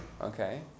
Okay